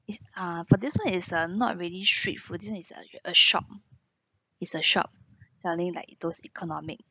it's uh but this [one] is uh not really street food this one is uh a shop is a shop selling like those economic